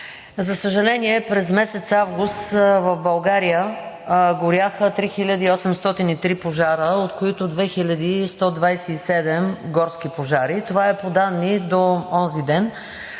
За съжаление, през месец август в България горяха 3803 пожара, от които 2127 горски пожари – това е по данни до онзи ден.